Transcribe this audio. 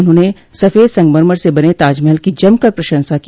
उन्होंने सफेद संगमरमर से बने ताजमहल की जमकर प्रशंसा की